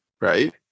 right